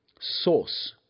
source